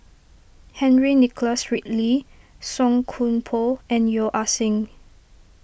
Henry Nicholas Ridley Song Koon Poh and Yeo Ah Seng